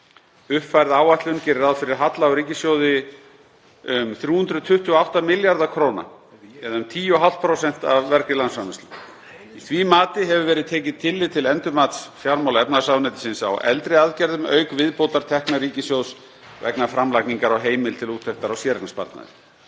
Uppfærð áætlun gerir ráð fyrir halla á ríkissjóði um 328 milljarða kr. eða um 10,5% af vergri landsframleiðslu. Í því mati hefur verið tekið tillit til endurmats fjármála- og efnahagsráðuneytisins á eldri aðgerðum auk viðbótartekna ríkissjóðs vegna framlagningar á heimild til úttektar á séreignarsparnaði.